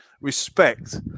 respect